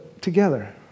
Together